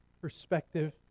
perspective